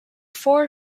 four